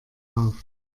auf